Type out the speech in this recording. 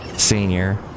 Senior